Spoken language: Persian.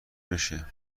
بشه